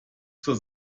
zur